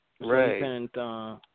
Right